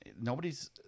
nobody's